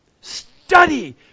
Study